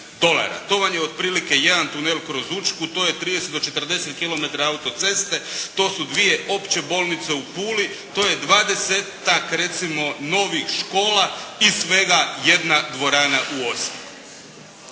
to vam je otprilike jedan tunel kroz Učku, to je 30 do 40 km ceste, to su dvije opće bolnice u Puli, to je 20-tak recimo novih škola i svega jedna dvorana u Osijeku.